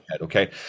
Okay